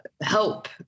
help